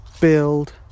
build